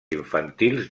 infantils